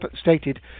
stated